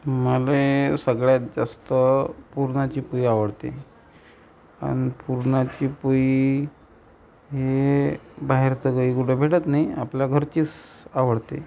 मला सगळ्यात जास्त पुरणाची पोळी आवडते आणि पुरणाची पोळी हे बाहेरचं काही कुठं भेटत नाही आपल्या घरचीच आवडते